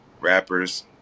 rappers